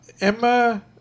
Emma